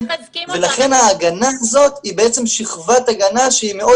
לכן ההגנה הזאת היא שכבת הגנה שהיא מאוד